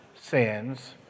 sins